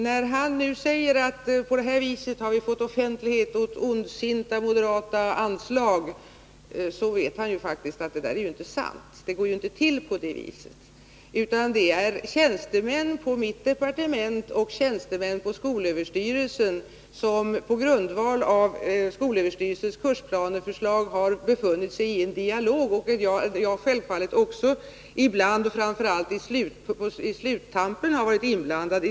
När han säger att vi på detta sätt har fått offentlighet åt ondsinta moderata anslag, så vet han faktiskt att detta inte är sant. Det går inte till på det viset! Det är tjänstemän på mitt departement och tjänstemän på skolöverstyrelsen som på grundval av 181 skolöverstyrelsens kursplaneförslag har befunnit sig i en dialog. I den dialogen har även jag självfallet, i synnerhet på sluttampen, varit inblandad.